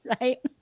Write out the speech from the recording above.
right